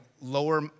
lower